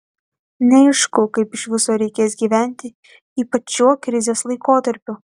neaišku kaip iš viso reikės gyventi ypač šiuo krizės laikotarpiu